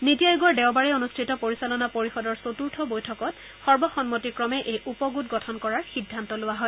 নিটি আয়োগৰ দেওবাৰে অনুষ্ঠিত পৰিচালনা পৰিষদৰ চতুৰ্থ বৈঠকত সৰ্বসন্মতিক্ৰমে এই উপ গোট গঠন কৰা সিদ্ধান্ত লোৱা হয়